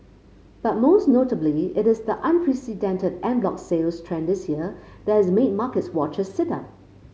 but most notably it is the unprecedented en bloc sales trend this year that has made market watchers sit up